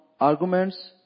arguments